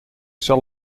zal